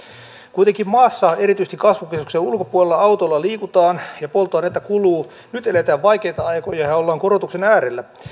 kuitenkin maassa erityisesti kasvukeskuksien ulkopuolella autolla liikutaan ja polttoainetta kuluu nyt eletään vaikeita aikoja ja ollaan korotuksen äärellä